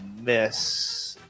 miss